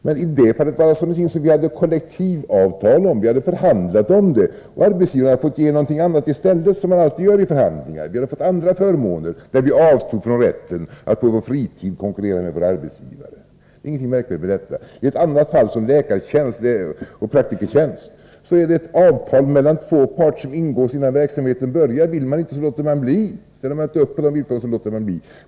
Men i det fallet gällde det alltså kollektivavtal, som vi hade förhandlat om. Arbetsgivaren hade fått ge någonting annat i stället, som man alltid gör i förhandlingar. Vi hade fått andra förmåner, men vi avstod från rätten att på vår fritid konkurrera med vår arbetsgivare. Det är inget märkvärdigt med detta. I sådana fall som rör läkartjänst och praktikertjänst är det fråga om ett avtal mellan två parter som ingås innan verksamheten börjar. Vill man inte ställa upp på villkoren låter man bli.